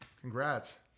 Congrats